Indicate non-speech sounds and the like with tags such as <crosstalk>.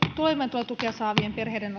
toimeentulotukea saavien perheiden <unintelligible>